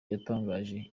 yatangaje